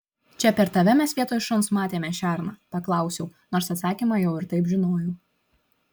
čia per tave mes vietoj šuns matėme šerną paklausiau nors atsakymą jau ir taip žinojau